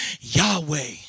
Yahweh